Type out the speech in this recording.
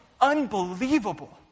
unbelievable